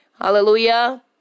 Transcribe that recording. Hallelujah